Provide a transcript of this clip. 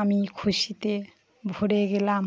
আমি খুশিতে ভরে গেলাম